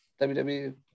WWE